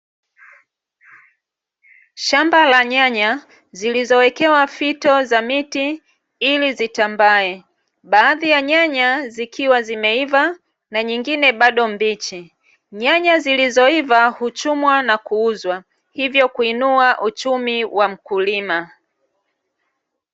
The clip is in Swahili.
Shamba la nyanya zilizowekewa fito za miti ili zitambae, baadhi ya nyanya zikiwa zimeiva na nyingine bado mbichi nyanya zilizoiva huchumwa na kuuzwa hivyo kuinua uchumi wa mkulima .